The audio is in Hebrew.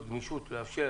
גמישות ולאפשר